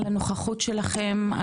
על הנוכחות שלכם,